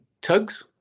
tugs